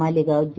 Malegaon जि